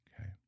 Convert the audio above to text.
Okay